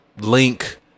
Link